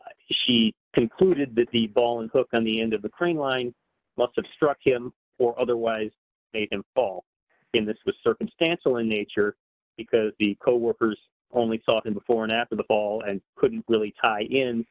he concluded that the ball and hook on the end of the crane line must have struck him or otherwise a ball in this was circumstantial in nature because the coworkers only saw him before and after the ball and couldn't really tight in